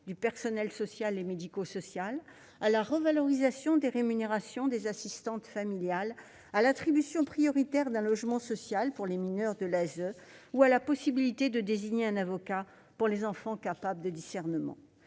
du personnel social et médico-social, à la revalorisation des rémunérations des assistants familiaux, à l'attribution prioritaire d'un logement social aux mineurs de l'ASE ou à la possibilité de désigner un avocat pour les enfants capables de discernement.